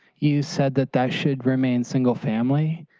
you said that that should remain single-family,